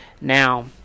now